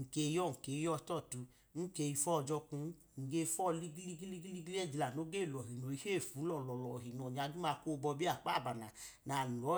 Nkeyiyọ nkeyiyọ tọtu nkeyifọ jọkwun, nge fọ ligi ligi ligi ẹjida noge lọhi noyi heyi fuu lọlọlohi nonya duma ko bọbi akpabana nalọ